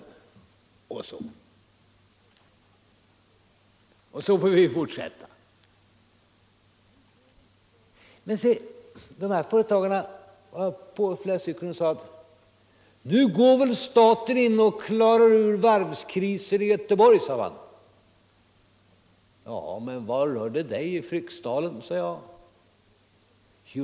Så får vi fortsätta. Jag träffade på flera småföretagare som sade: ”Nu går väl staten in och klarar av varvskrisen i Göteborg?” — ”Ja, men vad rör det dig i Fryksdalen?” sade jag.